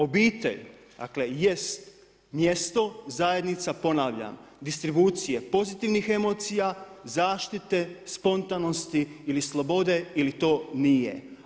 Obitelj, jest mjesto, zajednica, ponavljam, distribucija pozitivnih emocija, zaštite, spontanosti ili slobode ili to nije.